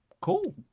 Cool